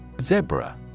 Zebra